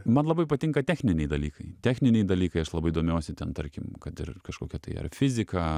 man labai patinka techniniai dalykai techniniai dalykai aš labai domiuosi ten tarkim kad ir kažkokia tai ar fizika